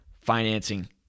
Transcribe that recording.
financing